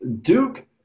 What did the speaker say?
Duke –